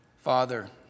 Father